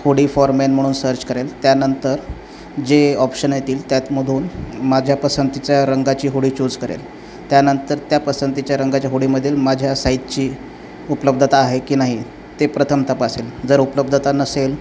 होडी for men म्हणून search करेल त्यानंतर जे ऑप्शन येतील त्यात मधून माझ्या पसंतीच्या रंगाची हूडी चूज करेल त्यानंतर त्या पसंतीच्या रंगाच्या होडीमधील माझ्या साईजची उपलब्धता आहे की नाही ते प्रथम तपासेल जर उपलब्धता नसेल